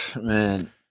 man